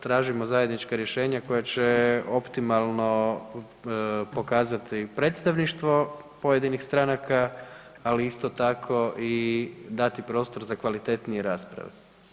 Tražimo zajednička rješenja koja će optimalno pokazati predstavništvo pojedinih stranaka, ali isto tako i dati prostor za kvalitetnije rasprave.